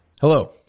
hello